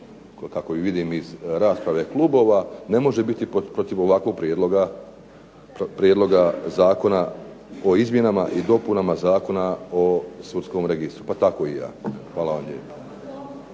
kako i vidim iz rasprave klubova, ne može biti protiv ovakvog Prijedloga zakona o izmjenama i dopunama Zakona o sudskom registru pa tako i ja. Hvala vam lijepa.